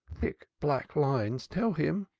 thick, black lines, tell him.